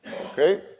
Okay